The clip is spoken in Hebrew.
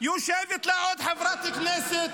חברת כנסת